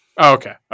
okay